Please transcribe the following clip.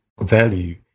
value